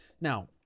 Now